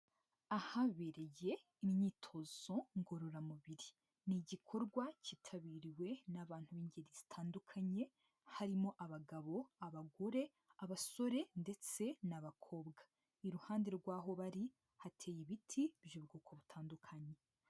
Ahabereye imyitozo ngororamubiri. Ni igikorwa cyitabiriwe n'abantu b'ingeri zitandukanye, harimo abagabo, abagore, abasore ndetse n'abakobwa. Iruhande rw'aho bari, hateye ibiti by'ubwoko butandukanye.